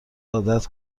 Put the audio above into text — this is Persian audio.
عادت